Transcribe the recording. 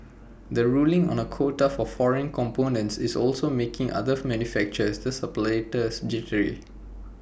the ruling on A quota for foreign components is also making other manufacturers this suppliers jittery